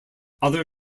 other